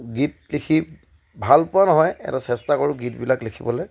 গীত লিখি ভাল পোৱা নহয় এটা চেষ্টা কৰোঁ গীতবিলাক লিখিবলৈ